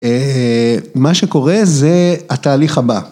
מה שקורה זה התהליך הבא.